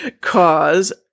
cause